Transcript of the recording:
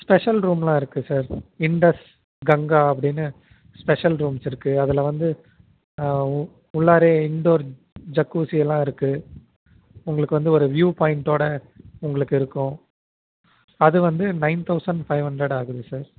special ரூம்லாம் இருக்குது sir Indus Ganga அப்படின்னு ஸ்பெஷல் ரூம்ஸ் இருக்குது அதில் வந்து உள்ளாரே இண்டோர் ஜக்கூஸியெல்லாம் இருக்குது உங்களுக்கு வந்து ஒரு வியூவ் பாய்ண்ட்டோட உங்களுக்கு இருக்கும் அது வந்து நயன் தௌசண்ட் ஃபைவ் ஹண்ட்ரட் ஆகுது சார்